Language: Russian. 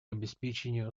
обеспечению